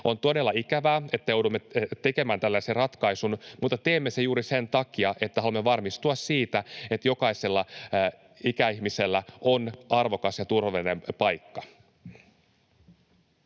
On todella ikävää, että joudumme tekemään tällaisen ratkaisun, mutta teemme sen juuri sen takia, että haluamme varmistua siitä, että jokaisella ikäihmisellä on arvokas ja turvallinen paikka.